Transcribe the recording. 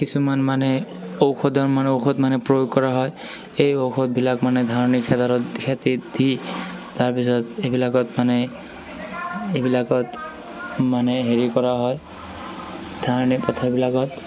কিছুমান মানে ঔষধত মানে ঔষধ মানে প্ৰয়োগ কৰা হয় এই ঔষধবিলাক মানে ধাননি পথাৰত খেতিত দি তাৰপিছত এইবিলাকত মানে এইবিলাকত মানে হেৰি কৰা হয় ধাননি পথাৰবিলাকত